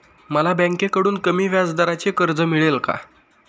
मला बँकेकडून कमी व्याजदराचे कर्ज मिळेल का?